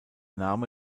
name